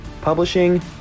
publishing